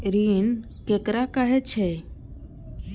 ऋण ककरा कहे छै?